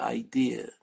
idea